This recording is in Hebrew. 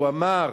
הוא אמר: